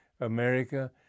America